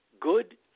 good